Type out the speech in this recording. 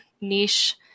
niche